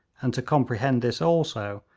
and to comprehend this also,